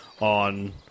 on